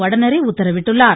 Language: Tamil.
வடநேரே உத்தரவிட்டுள்ளார்